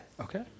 Okay